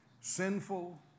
sinful